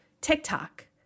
TikTok